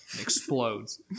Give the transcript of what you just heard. explodes